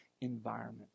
environment